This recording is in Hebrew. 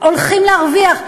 הולכים להרוויח,